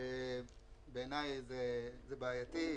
בעיניי זה בעייתי.